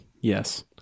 Yes